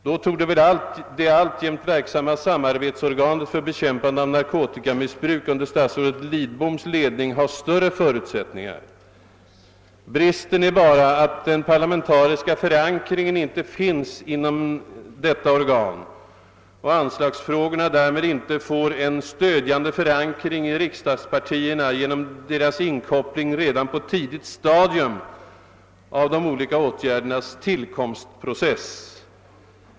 Då torde det alltjämt verksamma samarbetsorganet för bekämpande av narkotikamissbruk under statsrådet Lidboms ledning ha större förutsättningar. Bristen är bara att detta organ saknar den parlamentariska förankringen och att anslagsfrågorna därmed inte får ett omedelbart stöd av riksdagspartierna genom deras inkoppling re dan på ett tidigt stadium av de olika åtgärdernas tillkomstprocess.